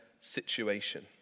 situation